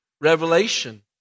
Revelation